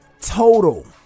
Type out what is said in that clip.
total